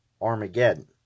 Armageddon